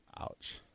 Ouch